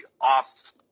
off